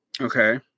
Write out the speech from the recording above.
Okay